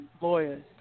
Lawyers